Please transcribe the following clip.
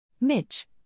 Mitch